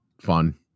fun